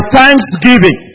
thanksgiving